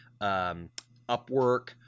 Upwork